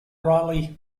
rightly